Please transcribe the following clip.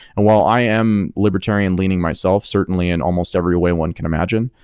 and while i am libertarian leaning myself certainly in almost every way one can imagine,